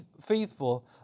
faithful